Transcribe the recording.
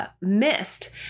missed